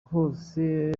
hose